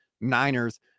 Niners